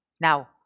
Now